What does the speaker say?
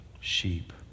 sheep